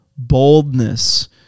boldness